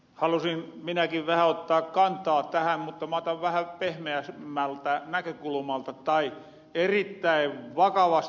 halusin minäki vähä ottaa kantaa tähän mutta mä otan vähä pehmeämmältä näkökulmalta tai erittäin vakavasta asiasta